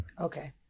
Okay